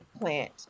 plant